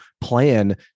plan